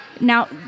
Now